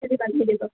এইটো বান্ধি দিব